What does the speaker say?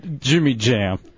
jimmy-jam